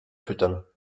füttern